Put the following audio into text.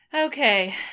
Okay